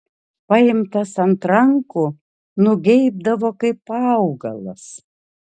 paimtas ant rankų nugeibdavo kaip augalas